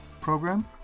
program